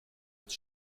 als